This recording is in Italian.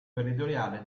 meridionale